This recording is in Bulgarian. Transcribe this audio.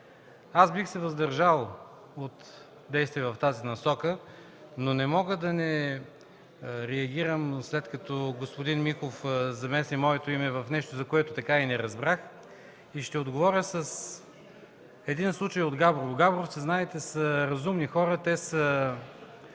Аз бих се въздържал от действие в тази насока, но не мога да не реагирам, след като господин Михов замеси моето име в нещо, което така и не разбрах. Ще отговоря с един случай от Габрово. Габровци, знаете, са разумни хора, те са